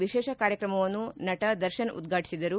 ವಿಶೇಷ ಕಾರ್ಯಕ್ರಮವನ್ನು ನಟ ದರ್ಶನ್ ಉದ್ಘಾಟಿಸಿದರು